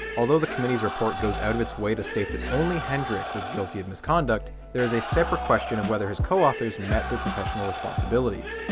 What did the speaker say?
although the committee's report goes out of its way to state that only hendrik was guilty of misconduct there is a separate question of whether his co-authors met their professional responsibilities.